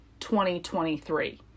2023